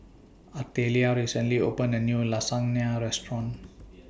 Artelia recently opened A New Lasagna Restaurant